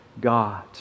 God